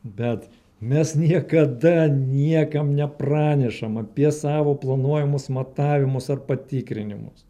bet mes niekada niekam nepranešam apie savo planuojamus matavimus ar patikrinimus